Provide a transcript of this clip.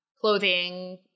clothing